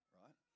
right